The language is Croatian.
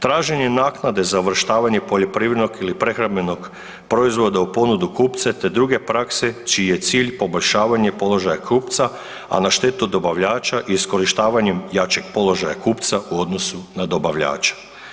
Traženje naknade za uvrštavanje poljoprivrednog ili prehrambenog proizvoda u ponudu kupce, te druge prakse čiji je cilj poboljšavanje položaja kupca, a na štetu dobavljača iskorištavanjem jačeg položaja kupca u odnosu na dobavljača.